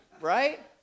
right